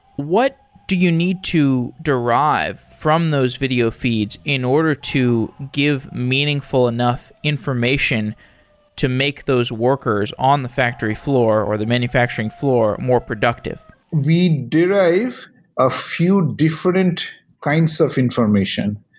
what do you need to derive from those video feeds in order to give meaningful enough information to make those workers on the factory floor, or the manufacturing floor more productive? we derive a few different kinds of information.